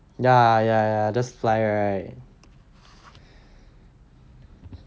ya ya ya just fly right